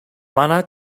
манай